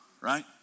Right